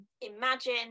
imagine